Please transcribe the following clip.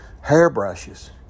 hairbrushes